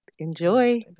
enjoy